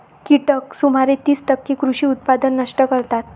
कीटक सुमारे तीस टक्के कृषी उत्पादन नष्ट करतात